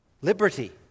liberty